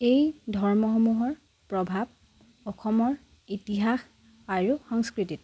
এই ধৰ্মসমূহৰ প্ৰভাৱ অসমৰ ইতিহাস আৰু সংস্কৃতিত